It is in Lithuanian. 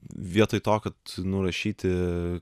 vietoj to kad nurašyti